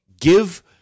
give